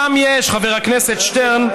שם יש, חבר הכנסת שטרן,